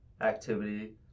activity